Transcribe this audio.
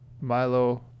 Milo